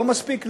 לא מספיק להם,